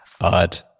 odd